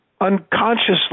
unconsciously